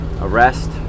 arrest